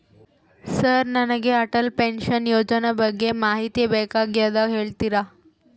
Sir ನನಗೆ Atal pension ಯೋಜನೆ ಬಗ್ಗೆ ಮಾಹಿತಿ ಬೇಕಾಗ್ಯದ ಹೇಳ್ತೇರಾ?